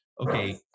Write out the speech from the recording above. okay